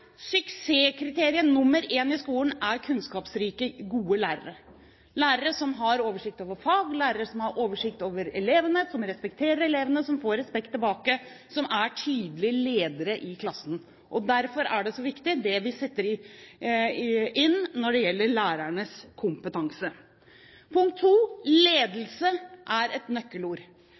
Suksesskriteriet nummer én i skolen er kunnskapsrike, gode lærere – lærere som har oversikt over fag, lærere som har oversikt over elevene, som respekterer elevene, som får respekt tilbake, og som er tydelige ledere i klassen. Derfor er det så viktig det vi setter inn når det gjelder lærernes kompetanse. Punkt 2: Ledelse er et nøkkelord